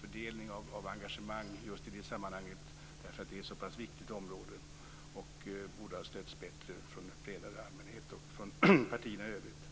fördelning av engagemang i just det sammanhanget, eftersom det här är ett så pass viktigt område. Det borde ha stötts bättre från en bredare allmänhet och från partierna i övrigt.